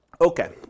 Okay